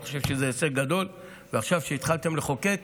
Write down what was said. אני חושב שזה הישג גדול, ועכשיו כשהתחלתם לחוקק,